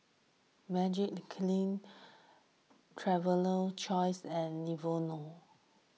Magiclean Traveler Choice and Lenovo